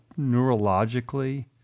neurologically